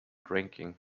drinking